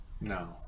No